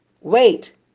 wait